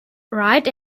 write